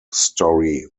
story